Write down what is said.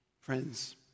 Friends